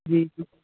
جی